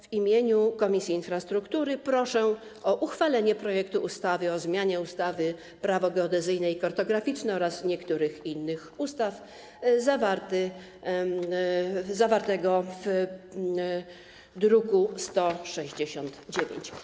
W imieniu Komisji Infrastruktury proszę o uchwalenie projektu ustawy o zmianie ustawy - Prawo geodezyjne i kartograficzne oraz niektórych innych ustaw, zawartego w druku nr 169.